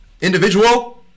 individual